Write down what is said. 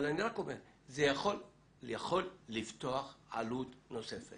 זה יכול לפתוח עלות נוספת.